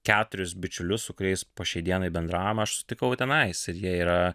keturis bičiulius su kuriais po šiai dienai bendravom aš sutikau tenais ir jie yra